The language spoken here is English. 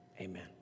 Amen